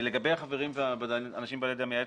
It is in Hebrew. לגבי החברים והאנשים בוועדה המייעצת,